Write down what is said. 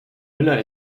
müller